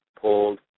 pulled